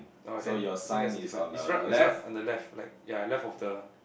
uh then I think that's a difference is right is right on the left like ya left of the